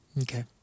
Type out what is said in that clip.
Okay